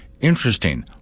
interesting